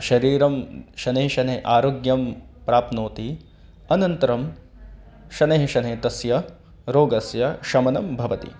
शरीरं शनैः शनैः आरोग्यं प्राप्नोति अनन्तरं शनैः शनैः तस्य रोगस्य शमनं भवति